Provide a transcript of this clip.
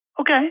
Okay